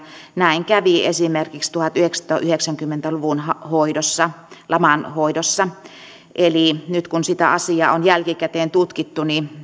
näin kävi esimerkiksi tuhatyhdeksänsataayhdeksänkymmentä luvun laman hoidossa nyt kun sitä asiaa on jälkikäteen tutkittu niin